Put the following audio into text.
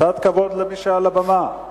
קצת כבוד למי שעל הבמה.